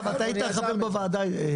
אגב, אתה היית חבר בוועדה איתי.